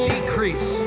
Decrease